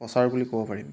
প্ৰচাৰ বুলি ক'ব পাৰিম